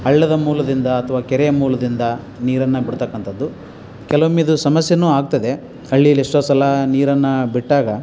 ಹಳ್ಳದ ಮೂಲದಿಂದ ಅಥವಾ ಕೆರೆಯ ಮೂಲದಿಂದ ನೀರನ್ನು ಬಿಡತಕ್ಕಂಥದ್ದು ಕೆಲವೊಮ್ಮೆ ಇದು ಸಮಸ್ಯೆನೂ ಆಗ್ತದೆ ಹಳ್ಳಿಯಲ್ಲಿ ಎಷ್ಟೋ ಸಲ ನೀರನ್ನು ಬಿಟ್ಟಾಗ